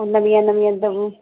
ਨਵੀਆਂ ਨਵੀਆਂ